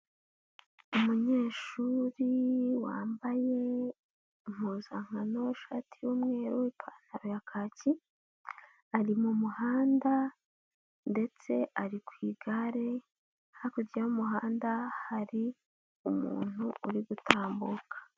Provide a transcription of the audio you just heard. Umunyeshuri wambaye impuzankano ishati y'umweru, ipantaro ya kaki, ari mu muhanda ndetse ari ku igare, hakurya y'umuhanda hari umuntu uri gutambuka.